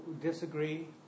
disagree